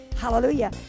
Hallelujah